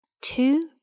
Two